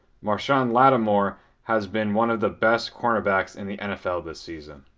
marshon lattimore has been one of the best corner backs in the nfl this season.